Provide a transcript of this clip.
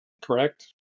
correct